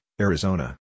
Arizona